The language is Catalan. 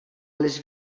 les